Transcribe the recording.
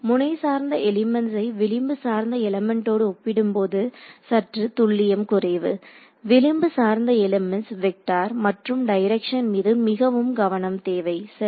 முனை சார்ந்த எலிமெண்ட்ஸ்ஸை விளிம்பு சார்ந்த எலிமென்ட்டோடு ஒப்பிடும்போது சற்று துல்லியம் குறைவு விளிம்பு சார்ந்த எலிமெண்ட்ஸ் வெக்டார் மற்றும் டைரக்சன் மீது மிகவும் கவனம் தேவை சரி